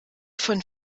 von